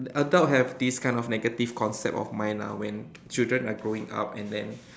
adult have this kind of negative concept of mind lah when children are growing up and then